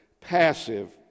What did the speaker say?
passive